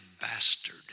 bastard